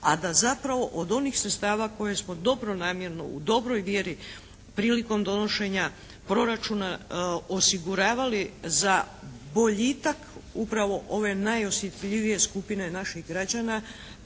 a da zapravo od onih sredstava koje smo dobronamjerno u dobroj vjeri prilikom donošenja proračuna osiguravali za boljitak upravo ove najosjetljivije skupine naših građana